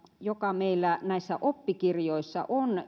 joka meillä oppikirjoissa on